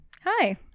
Hi